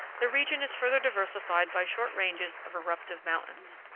the region is further diversified by short ranges of eruptive mountains.